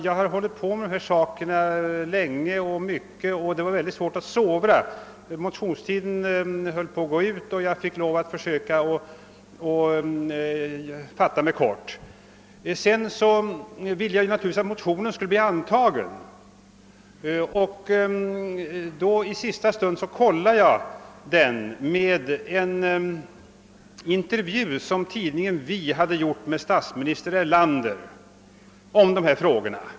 Jag har sysslat med dessa frågor länge och det var Synnerligen svårt att sovra. Motionstiden höll på att gå ut och jag var tvungen att försöka fatta mig kort. Jag ville naturligtvis att motionerna skulle bifallas och i sista stund kollade jag dem mot en intervju som tidningen Vi gjort med statsminister Erlander i dessa frågor.